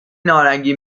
نارنگی